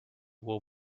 will